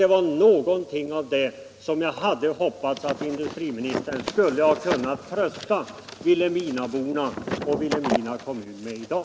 Det var någonting av det som jag hade hoppats att industriministern skulle ha kunna trösta vilhelminaborna och Vilhelmina kommun med i dag.